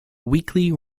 weekly